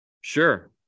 Sure